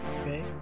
Okay